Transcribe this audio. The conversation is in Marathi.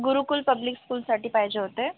गुरूकुल पब्लिक स्कूलसाठी पाहिजे होते